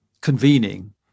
convening